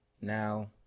now